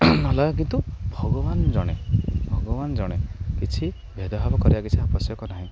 ନହେଲେ କିନ୍ତୁ ଭଗବାନ ଜଣେ ଭଗବାନ ଜଣେ କିଛି ଭେଦଭାବ କରିବା କିଛି ଆବଶ୍ୟକ ନାହିଁ